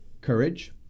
courage